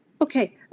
Okay